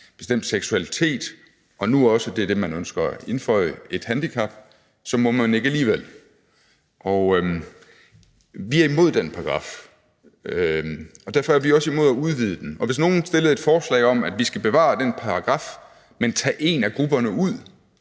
bestemt seksualitet og nu også – det er det, man ønsker at indføje – et handicap, så må man ikke alligevel. Vi er imod den paragraf, og derfor er vi også imod at udvide den. Og hvis nogle fremsatte et forslag om, at vi skulle bevare den paragraf, men tage en af grupperne ud,